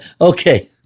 Okay